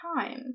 time